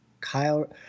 Kyle